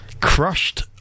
Crushed